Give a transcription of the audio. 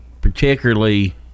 Particularly